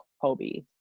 Kobe